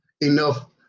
enough